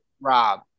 rob